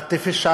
artificial.